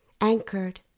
anchored